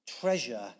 treasure